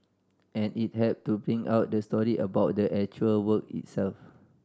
and it help to bring out the story about the actual work itself